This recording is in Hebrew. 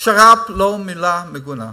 שר"פ זה לא מילה מגונה.